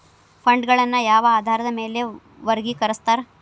ಫಂಡ್ಗಳನ್ನ ಯಾವ ಆಧಾರದ ಮ್ಯಾಲೆ ವರ್ಗಿಕರಸ್ತಾರ